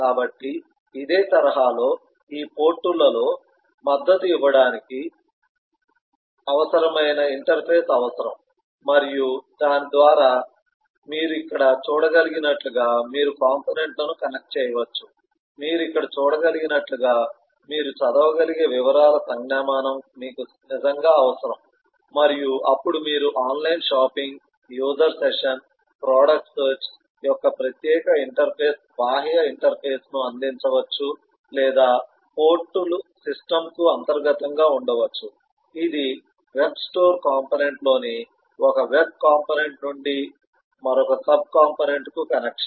కాబట్టి ఇదే తరహాలో ఈ పోర్టులలో మద్దతు ఇవ్వడానికి మీకు అవసరమైన ఇంటర్ఫేస్ అవసరం మరియు దాని ద్వారా మీరు ఇక్కడ చూడగలిగినట్లుగా మీరు కాంపోనెంట్ లను కనెక్ట్ చేయవచ్చు మీరు ఇక్కడ చూడగలిగినట్లుగా మీరు చదవగలిగే వివరాల సంజ్ఞామానం మీకు నిజంగా అవసరం మరియు అప్పుడు మీరు online shopping user session product search యొక్క ప్రత్యేక ఇంటర్ఫేస్ బాహ్య ఇంటర్ఫేస్ను అందించవచ్చు లేదా పోర్ట్లు సిస్టమ్కు అంతర్గతంగా ఉండవచ్చు ఇది వెబ్ స్టోర్ కాంపోనెంట్లోని ఒక సబ్ కాంపోనెంట్ నుండి మరొక సబ్ కాంపోనెంట్కు కనెక్షన్